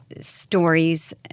stories